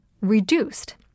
reduced